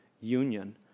union